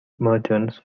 merchants